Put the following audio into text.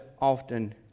often